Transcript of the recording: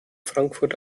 frankfurt